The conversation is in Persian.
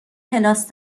کلاس